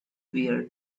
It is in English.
fear